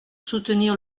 soutenir